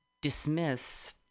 dismiss